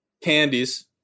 candies